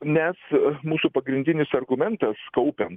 nes mūsų pagrindinis argumentas kaupiant